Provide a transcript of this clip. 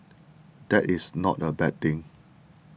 that is not a bad thing